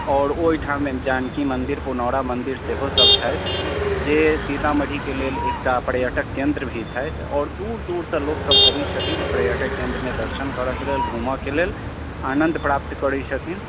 आओर ओहिठाम जानकी मन्दिर पुनौरा मन्दिर सेहो सब छथि जे सीतामढ़ीके लेल एकटा पर्यटक केन्द्र भी छथि आओर दूर दूरसँ लोकसब अबै छथिन पर्यटक केन्द्रमे दर्शन करैके लेल घुमैके लेल आनन्द प्राप्त करै छथिन